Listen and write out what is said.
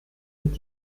mit